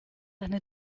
eine